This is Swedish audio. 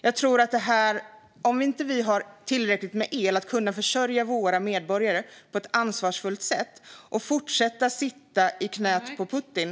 Jag tror att det är bekymmersamt om vi inte har tillräckligt med el för att kunna försörja våra medborgare på ett ansvarsfullt sätt och fortsätter sitta i knät på Putin.